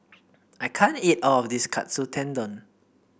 I can't eat all of this Katsu Tendon